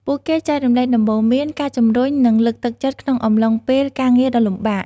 ពួកគេចែករំលែកដំបូន្មាន ការជម្រុញ និងលើកទឹកចិត្តក្នុងអំឡុងពេលការងារដ៏លំបាក។